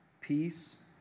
peace